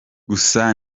gusa